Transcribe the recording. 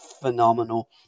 Phenomenal